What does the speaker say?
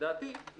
לדעתנו זה לא נכון.